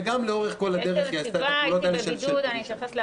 וגם לאורך כל הדרך היא עשתה את הפעולות האלה של פרישה.